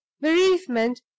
bereavement